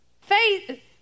Faith